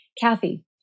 Kathy